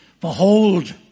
Behold